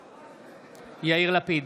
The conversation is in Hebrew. בעד יאיר לפיד,